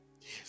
Yes